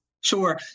Sure